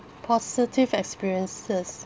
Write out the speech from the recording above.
positive experiences